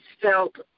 felt